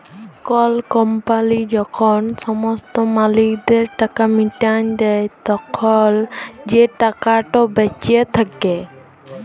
call company যখল সমস্ত মালিকদের টাকা মিটাঁয় দেই, তখল যে টাকাট বাঁচে থ্যাকে